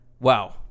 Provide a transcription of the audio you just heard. Wow